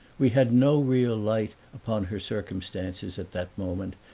we had no real light upon her circumstances at that moment,